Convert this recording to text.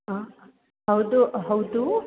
ಆಂ ಹೌದು ಹೌದು